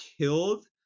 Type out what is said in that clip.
killed